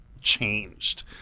changed